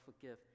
forgive